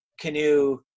canoe